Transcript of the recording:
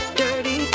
dirty